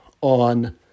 on